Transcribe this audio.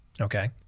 Okay